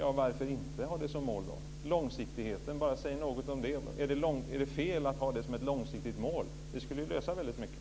Säg bara något om långsiktigheten! Är det fel att ha det som ett långsiktigt mål? Det skulle ju lösa väldigt mycket.